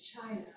China